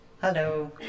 Hello